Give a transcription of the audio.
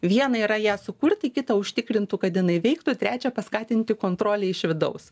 viena yra ją sukurti kita užtikrintų kad jinai veiktų trečia paskatinti kontrolę iš vidaus